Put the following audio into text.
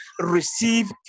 receive